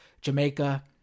Jamaica